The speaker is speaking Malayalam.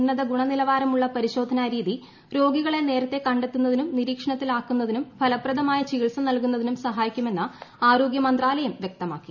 ഉ്ന്ന്ത് ഗുണനിലവാരമുള്ള പരിശോധനാരീതി രോഗികളെ നേർത്തെ കണ്ടെത്തുന്നതിനും നിരീക്ഷണത്തിൽ ആക്കുന്നതിനും ഫലപ്രദമായ ചികിത്സ നൽകുന്നതിനും സഹായിക്കുർമെന്ന് ആരോഗ്യമന്ത്രാലയം വ്യക്തമാക്കി